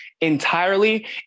entirely